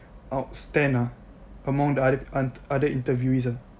outstand ah among the other other interviewees ah